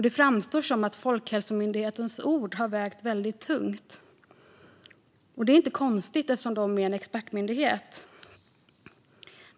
Det framstår som att Folkhälsomyndighetens ord har vägt väldigt tungt. Det är inte konstigt, eftersom det är en expertmyndighet.